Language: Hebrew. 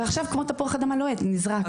ועכשיו כמו תפוח אדמה לוהט, נזרק.